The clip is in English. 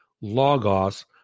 logos